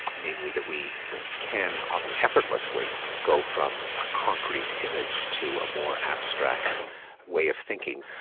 namely that we can often effortlessly go from a concrete image to a more abstract way of thinking,